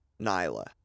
Nyla